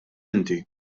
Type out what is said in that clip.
inti